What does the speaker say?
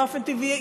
באופן טבעי,